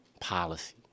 policy